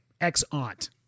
ex-aunt